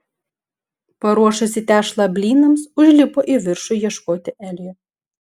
paruošusi tešlą blynams užlipo į viršų ieškoti elio